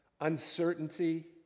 uncertainty